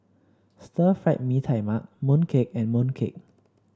Stir Fried Mee Tai Mak mooncake and mooncake